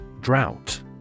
Drought